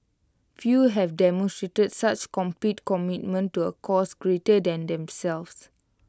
few have demonstrated such complete commitment to A cause greater than themselves